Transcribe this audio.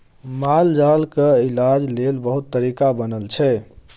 मालजालक इलाज लेल बहुत तरीका बनल छै